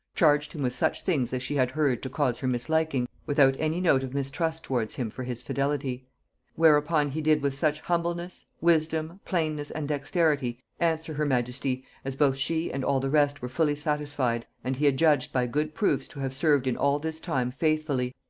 charged him with such things as she had heard to cause her misliking, without any note of mistrust towards him for his fidelity whereupon he did with such humbleness, wisdom, plainness and dexterity, answer her majesty, as both she and all the rest were fully satisfied, and he adjudged by good proofs to have served in all this time faithfully,